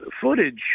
footage